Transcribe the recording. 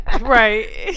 Right